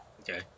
Okay